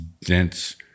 dense